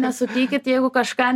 nesupykit jeigu kažką